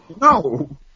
No